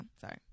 sorry